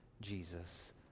Jesus